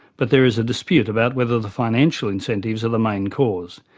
but there is a dispute about whether the financial incentives are the main cause.